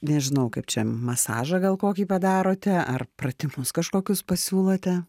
nežinau kaip čia masažą gal kokį padarote ar pratimus kažkokius pasiūlote